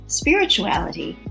spirituality